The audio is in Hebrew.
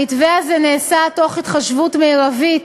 המתווה הזה נעשה מתוך התחשבות מרבית